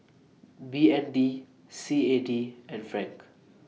B N D C A D and Franc